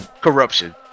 corruption